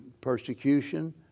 persecution